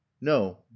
no